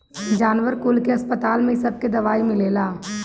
जानवर कुल के अस्पताल में इ सबके दवाई मिलेला